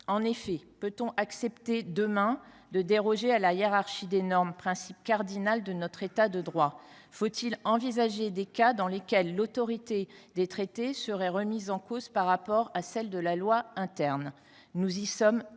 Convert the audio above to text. En effet, peut on accepter, demain, de déroger à la hiérarchie des normes, principe cardinal de notre état de droit ? Faut il envisager des cas dans lesquels l’autorité des traités serait remise en cause par rapport à celle de la loi interne ? Nous y sommes défavorables.